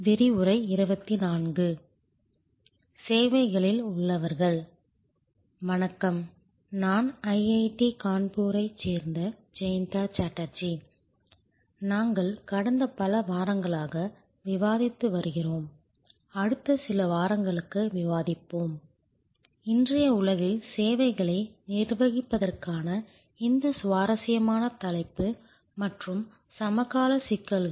வணக்கம் நான் ஐஐடி கான்பூரைச் சேர்ந்த ஜெயந்தா சாட்டர்ஜி நாங்கள் கடந்த பல வாரங்களாக விவாதித்து வருகிறோம் அடுத்த சில வாரங்களுக்கு விவாதிப்போம் இன்றைய உலகில் சேவைகளை நிர்வகிப்பதற்கான இந்த சுவாரஸ்யமான தலைப்பு மற்றும் சமகால சிக்கல்கள்